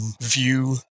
view